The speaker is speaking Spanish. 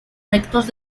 rectos